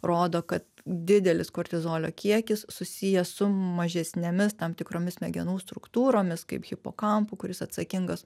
rodo kad didelis kortizolio kiekis susijęs su mažesnėmis tam tikromis smegenų struktūromis kaip hipokampu kuris atsakingas